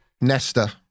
Nesta